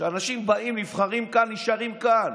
שאנשים באים, נבחרים כאן, נשארים כאן?